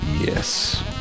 yes